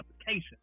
application